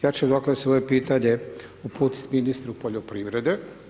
Ja ću dakle, svoje pitanje uputiti ministru poljoprivrede.